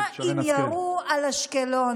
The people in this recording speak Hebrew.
אז מה אם ירו על אשקלון?